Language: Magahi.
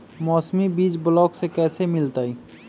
मौसमी बीज ब्लॉक से कैसे मिलताई?